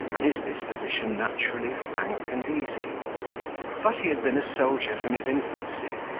and his disposition naturally frank and easy but he had been a soldier from his infancy,